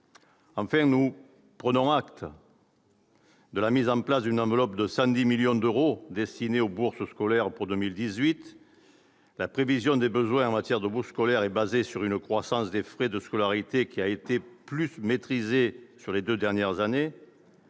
Enfin, nous prenons acte de la mise en place d'une enveloppe de 110 millions d'euros destinée à financer les bourses scolaires pour 2018. La prévision des besoins en matière de bourses scolaires est fondée sur une croissance des frais de scolarité qui a davantage été maîtrisée au cours des deux dernières années.